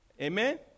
Amen